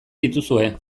dituzue